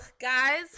guys